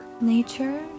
Nature